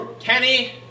Kenny